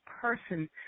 person